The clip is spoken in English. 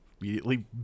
Immediately